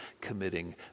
committing